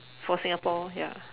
for singapore ya